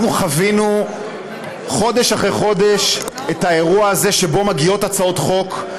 אנחנו חווינו חודש אחרי חודש את האירוע הזה שבו מגיעות הצעות חוק,